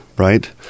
right